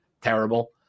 terrible